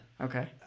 Okay